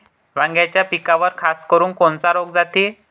वांग्याच्या पिकावर खासकरुन कोनचा रोग जाते?